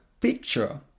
picture